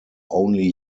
only